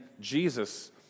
Jesus